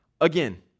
Again